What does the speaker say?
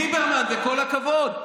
ליברמן, וכל הכבוד.